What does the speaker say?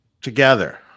together